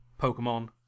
Pokemon